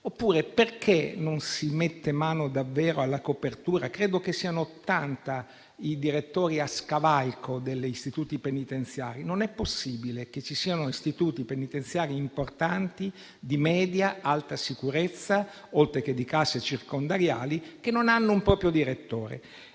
Oppure, perché non si mette mano davvero alla copertura? Credo che siano 80 i direttori a scavalco degli istituti penitenziari. Non è possibile che ci siano istituti penitenziari importanti di media-alta sicurezza, oltre che case circondariali, che non hanno un proprio direttore.